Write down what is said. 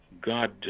God